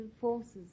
forces